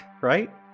right